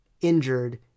injured